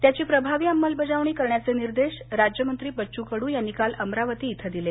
त्याची प्रभावी अंमलबजावणी करण्याचे निर्देश शालेय शिक्षण राज्यमंत्री बच्चू कडू यांनी काल अमरावती इथं दिले